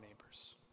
neighbors